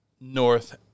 north